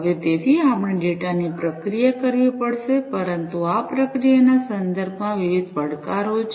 હવે તેથી આપણે ડેટાની પ્રક્રિયા કરવી પડશે પરંતુ આ પ્રક્રિયાના સંદર્ભમાં વિવિધ પડકારો છે